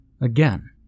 Again